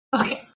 Okay